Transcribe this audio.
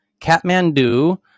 Kathmandu